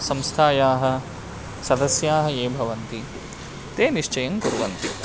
संस्थायाः सदस्याः ये भवन्ति ते निश्चयं कुर्वन्ति